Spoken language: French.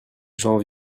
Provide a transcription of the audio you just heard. j’en